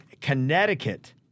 Connecticut